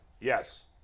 Yes